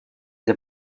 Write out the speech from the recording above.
для